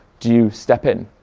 do you step in?